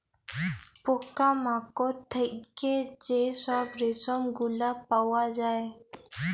পকা মাকড় থ্যাইকে যে ছব রেশম গুলা পাউয়া যায়